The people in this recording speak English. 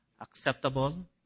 acceptable